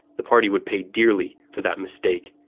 the party would pay dearly for that mistake.